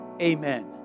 Amen